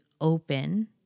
open